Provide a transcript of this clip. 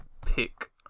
pick